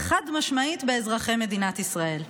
חד-משמעית באזרחי מדינת ישראל.